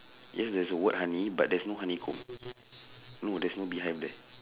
yes there's a word honey but there's no honeycomb no there's no beehive there